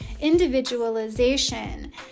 individualization